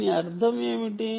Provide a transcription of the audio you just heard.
దీని అర్థం ఏమిటి